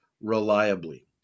reliably